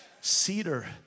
Cedar